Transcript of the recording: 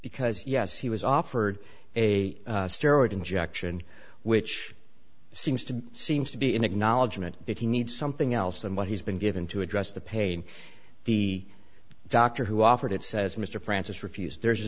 because yes he was offered a steroid injection which seems to seems to be an acknowledgment that he needs something else than what he's been given to address the pain the doctor who offered it says mr francis refused there's a